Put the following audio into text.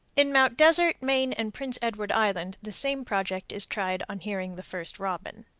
in mt. desert, maine, and prince edward island the same project is tried on hearing the first robin.